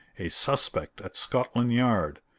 a suspect at scotland yard,